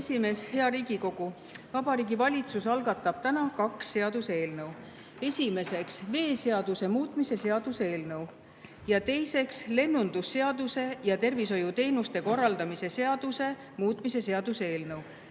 esimees! Hea Riigikogu! Vabariigi Valitsus algatab täna kaks seaduseelnõu. Esimeseks, veeseaduse muutmise seaduse eelnõu. Teiseks, lennundusseaduse ja tervishoiuteenuste korraldamise seaduse muutmise seaduse eelnõu.